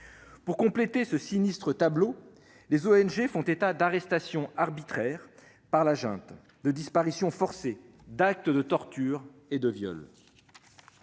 Pour compléter ce sinistre tableau, les ONG font état d'arrestations arbitraires par la junte, de disparitions forcées, d'actes de torture et de viols.